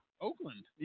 Oakland